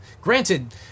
granted